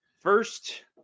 first